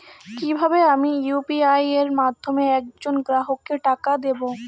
কিভাবে আমি ইউ.পি.আই এর মাধ্যমে এক জন গ্রাহককে টাকা দেবো?